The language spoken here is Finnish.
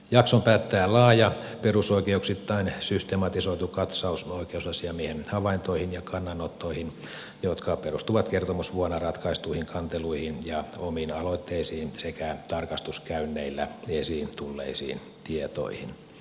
jakson päättää laaja perusoikeuksittain systematisoitu katsaus oikeusasiamiehen havaintoihin ja kannanottoihin jotka perustuvat kertomusvuonna ratkaistuihin kanteluihin ja omiin aloitteisiin sekä tarkastuskäynneillä esiin tulleisiin tietoihin